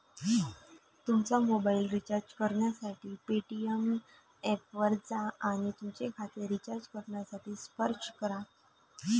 तुमचा mobile recharge करण्यासाठी Paytm ऐपवर जा आणि तुमचे खाते रिचार्ज करण्यासाठी स्पर्श करा